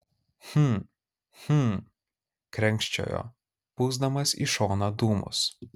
hm hm krenkščiojo pūsdamas į šoną dūmus